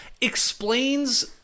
explains